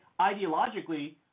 ideologically